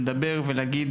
לדבר ולהגיד,